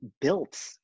built